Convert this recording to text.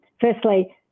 Firstly